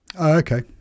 Okay